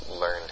learned